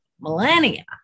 millennia